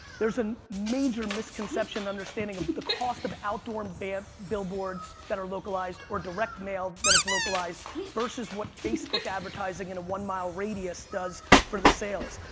there's a major misconception understanding of the cost of outdoor and billboards that are localized or direct mail that is localized versus what facebook advertising in a one mile radius does for the sales.